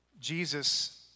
Jesus